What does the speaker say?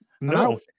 No